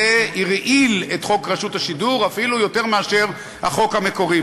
זה הרעיל את חוק רשות השידור אפילו יותר מהחוק המקורי,